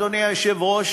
אדוני היושב-ראש,